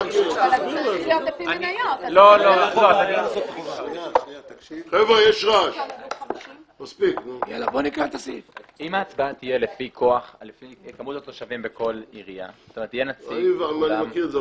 זאת אומרת יהיה נציג --- אני מכיר את זה.